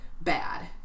bad